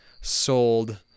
sold